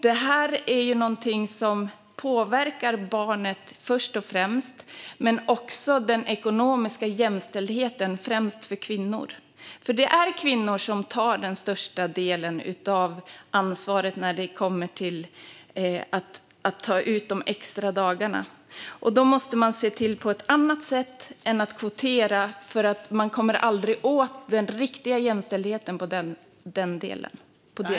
Det här är någonting som påverkar barnet först och främst men också den ekonomiska jämställdheten, främst för kvinnor. Det är kvinnor som tar den största delen av ansvaret när det gäller att ta ut de extra dagarna. Det måste man komma åt på ett annat sätt än att kvotera, för man når aldrig riktig jämställdhet på det viset.